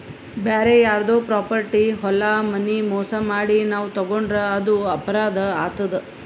ಬ್ಯಾರೆ ಯಾರ್ದೋ ಪ್ರಾಪರ್ಟಿ ಹೊಲ ಮನಿ ಮೋಸ್ ಮಾಡಿ ನಾವ್ ತಗೋಂಡ್ರ್ ಅದು ಅಪರಾಧ್ ಆತದ್